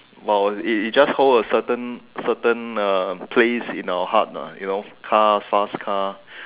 !wow! it it just hold a certain certain uh place in our heart lah you know car fast car